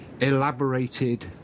elaborated